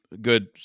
good